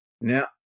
now